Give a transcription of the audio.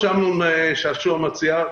מה שאמנון שעשוע מציע.